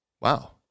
Wow